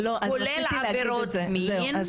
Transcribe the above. כולל עבירות מין --- לא,